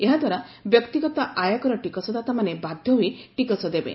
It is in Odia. ଏହାଦ୍ୱାରା ବ୍ୟକ୍ତିଗତ ଆୟକର ଟିକସଦାତାମାନେ ବାଧ୍ୟ ହୋଇ ଟିକସ ଦେବେ